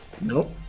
Nope